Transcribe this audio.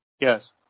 Yes